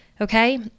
Okay